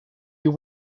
you